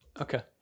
Okay